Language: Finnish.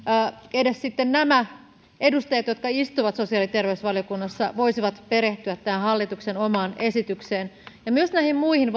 edes nämä edustajat jotka istuvat sosiaali ja terveysvaliokunnassa voisivat perehtyä tähän hallituksen omaan esitykseen ja myös näihin muihin